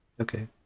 Okay